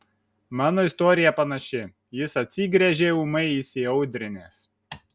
mano istorija panaši jis atsigręžė ūmai įsiaudrinęs